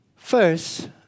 First